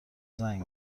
زنگ